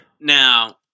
Now